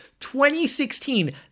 2016